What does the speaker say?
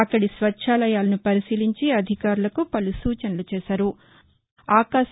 అక్కడి స్వచ్చాలయాలను పరిశీలించి అధికారులకు పలు సూచనలు చేశారు